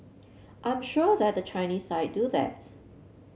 I'm sure that the Chinese side do that